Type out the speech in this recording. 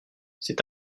c’est